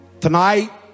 Tonight